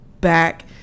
back